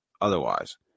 otherwise